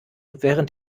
während